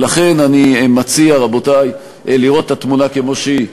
ולכן אני מציע, רבותי, לראות את התמונה כמו שהיא.